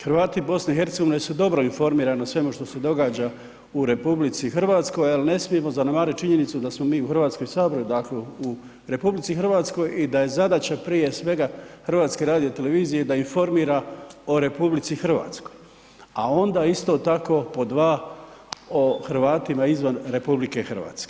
Hrvati BiH su dobro informirani o svemu što se događa u RH, ali ne smijemo zanemariti činjenicu da smo mi u Hrvatskom saboru dakle u RH i da je zadaća prije svega HRT-a da informira o RH, a onda isto tako pod dva o Hrvatima izvan RH.